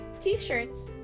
t-shirts